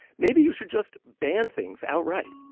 maybe you should just ban things outright,